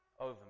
over